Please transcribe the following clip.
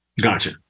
Gotcha